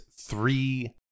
three